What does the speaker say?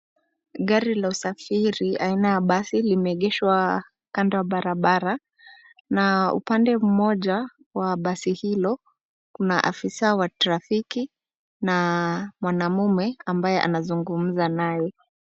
Gari la usafiri aina ya basi limeegeshwa kando ya barabara na upande mmoja wa basi hilo kuna afisa wa trafiki na mwanaume ambaye anazungumza naye.